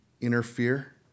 interfere